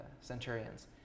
centurions